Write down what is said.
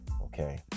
Okay